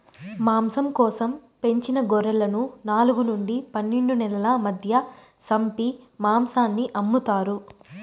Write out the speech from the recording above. మాంసం కోసం పెంచిన గొర్రెలను నాలుగు నుండి పన్నెండు నెలల మధ్య సంపి మాంసాన్ని అమ్ముతారు